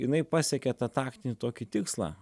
jinai pasiekė tą taktinį tokį tikslą